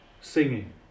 singing